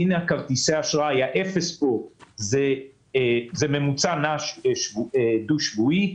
זה ממוצע נע דו-שבועי.